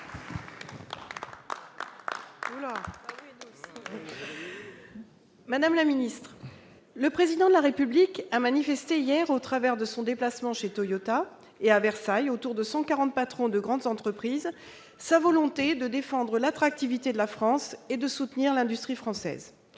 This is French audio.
Union Centriste. Le Président de la République a manifesté hier, à l'occasion de son déplacement chez Toyota et de sa rencontre à Versailles avec 140 patrons de grandes entreprises, sa volonté de défendre l'attractivité de la France et de soutenir l'industrie française.